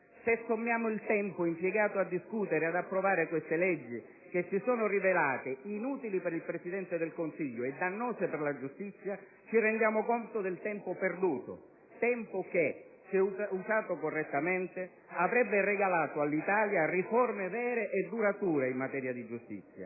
Se sommiamo il tempo impiegato a discutere e ad approvare queste leggi, che si sono rivelate inutili per il Presidente del Consiglio e dannose per la giustizia, ci rendiamo conto del tempo perduto; tempo che, se usato correttamente, avrebbe regalato all'Italia riforme vere e durature in materia di giustizia.